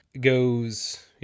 goes